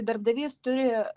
darbdavys turi